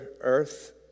earth